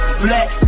flex